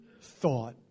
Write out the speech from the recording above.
thought